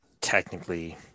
technically